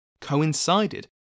coincided